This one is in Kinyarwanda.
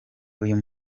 uyu